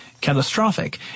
catastrophic